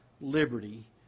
liberty